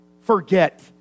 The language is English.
Forget